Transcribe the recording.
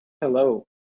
Hello